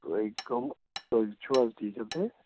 تُہُۍ کٕم تُہۍ چھِو حظ ٹیٖچر تَتہِ